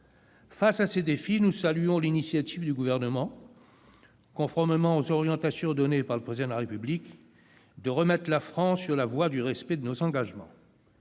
Face à ces défis, nous saluons l'initiative du Gouvernement, conformément aux orientations données par le Président de la République, de remettre la France sur la voie du respect de ses engagements.